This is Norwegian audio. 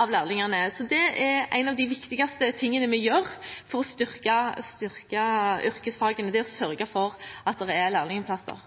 av lærlingene. Det er en av de viktigste tingene vi gjør for å styrke yrkesfagene – å sørge for at det er lærlingplasser.